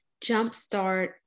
jumpstart